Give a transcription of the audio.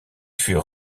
furent